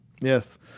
Yes